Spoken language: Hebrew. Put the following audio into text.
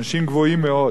אנשים גבוהים מאוד,